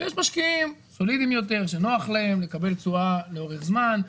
יש משקיעים סולידיים יותר שנוח להם לקבל תשואה לאורך זמן,